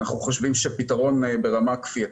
אנחנו חושבים שפתרון ברמה כפייתית,